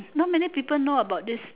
not many people know about this